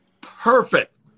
Perfect